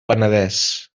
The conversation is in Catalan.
penedès